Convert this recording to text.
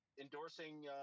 endorsing